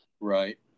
Right